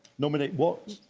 nominate watts.